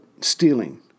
stealing